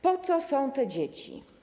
Po co są te dzieci?